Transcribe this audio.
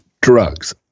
drugs